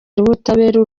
w’ubutabera